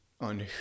on